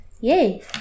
Yay